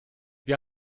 wir